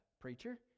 preacher